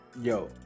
Yo